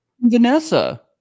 Vanessa